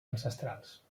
ancestrals